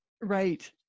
Right